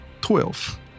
twelve